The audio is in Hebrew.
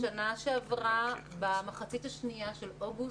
בשנה שעברה, במחצית השנייה של אוגוסט,